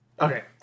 Okay